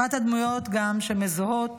אחת הדמויות גם שמזוהות